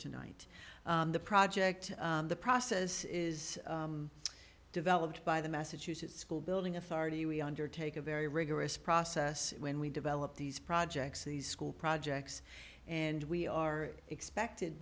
tonight the project the process is developed by the massachusetts school building authority we undertake a very rigorous process when we develop these projects these school projects and we are expected